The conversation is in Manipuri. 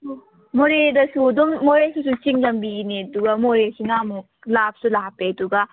ꯃꯣꯔꯦꯗꯁꯨ ꯑꯗꯨꯝ ꯃꯣꯔꯦꯁꯤꯁꯨ ꯆꯤꯡ ꯂꯝꯕꯤꯅꯦ ꯑꯗꯨꯒ ꯃꯣꯔꯦꯁꯤꯅ ꯑꯃꯨꯛ ꯂꯥꯞꯁꯨ ꯂꯥꯞꯄꯦ ꯑꯗꯨꯒ